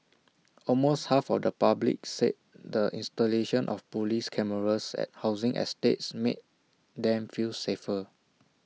almost half of the public said the installation of Police cameras at housing estates made them feel safer